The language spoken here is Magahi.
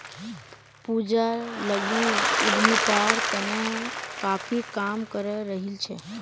पूजा लघु उद्यमितार तने काफी काम करे रहील् छ